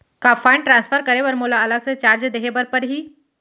का fund transfer करे बर मोला अलग से चार्ज देहे बर परही?